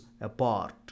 apart